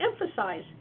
emphasize